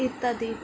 ইত্যাদি